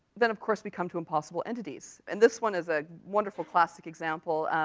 then, of course, we come to impossible entities. and this one is a wonderful, classic example.